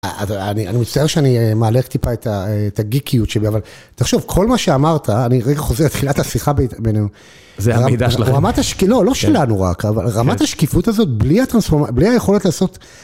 אני מצטער שאני מעלה טיפה את הגיקיות שבי, אבל תחשוב, כל מה שאמרת, אני רגע חוזר לתחילת השיחה בינינו. זה המידע שלכם. לא, לא שלנו רק, אבל רמת השקיפות הזאת, בלי היכולת לעשות